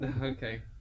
Okay